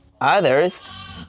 Others